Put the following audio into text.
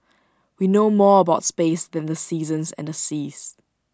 we know more about space than the seasons and the seas